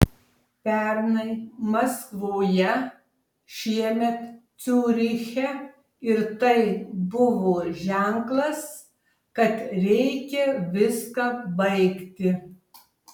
pernai maskvoje šiemet ciuriche ir tai buvo ženklas kad reikia viską baigti